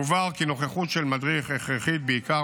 הובהר כי נוכחות של מדריך הכרחית בעיקר